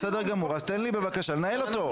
בסדר גמור, אז תן לי בבקשה לנהל אותו.